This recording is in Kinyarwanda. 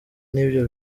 n’ibyo